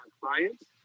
clients